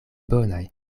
bonaj